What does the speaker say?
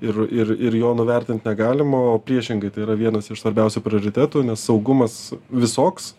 ir ir ir jo nuvertint negalima o priešingai tai yra vienas iš svarbiausių prioritetų nes saugumas visoks